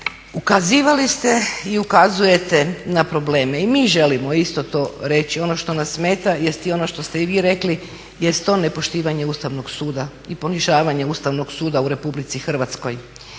ukazivali ste i ukazujete na probleme. I mi želimo isto to reći, ono što nas smeta jest i ono što ste i vi rekli to nepoštivanje Ustavnog suda i ponižavanje Ustavnog suda u RH. Ali evo